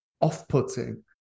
off-putting